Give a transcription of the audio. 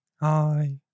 Hi